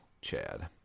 Chad